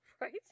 Right